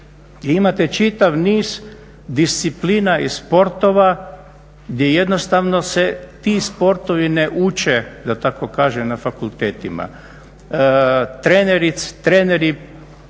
imate čitav niz disciplina i sportova gdje jednostavno se ti sportovi ne uče da tako kažem na fakultetima. Treneri pikada, treneri